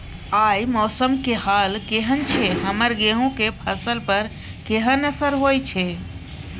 आय मौसम के हाल केहन छै हमर गेहूं के फसल पर केहन असर होय छै?